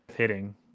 hitting